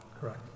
correct